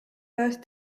birth